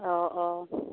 অঁ অঁ